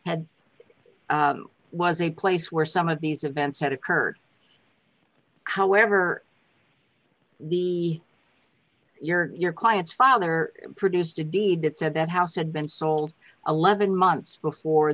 had was a place where some of these events had occurred however the your client's father produced a deed that said that house had been sold eleven months before